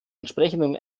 entsprechenden